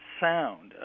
sound